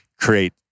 create